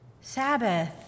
Sabbath